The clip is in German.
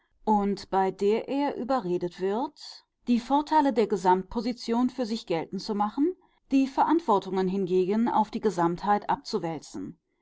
und bei der er überredet wird die vorteile der gesamtposition für sich geltend zu machen die verantwortungen hingegen auf die gesamtheit abzuwälzen